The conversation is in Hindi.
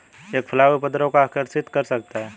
एक फ्लाई उपद्रव को आकर्षित कर सकता है?